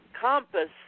compass